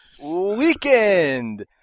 weekend